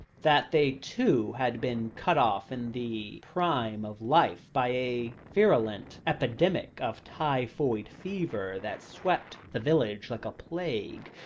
that they two had been cut off in the prime of life by a virulent epidemic of typhoid fever that swept the village like a plague,